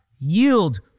yield